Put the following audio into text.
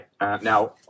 Now